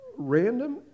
Random